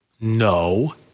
No